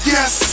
Yes